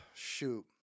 Shoot